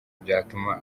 byatuma